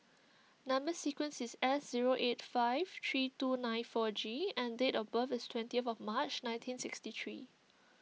Number Sequence is S zero eight five three two nine four G and date of birth is twentieth March nineteen sixty three